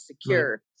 secure